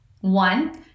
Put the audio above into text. One